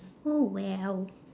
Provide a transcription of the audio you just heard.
oh well